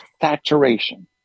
saturation